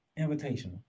Invitational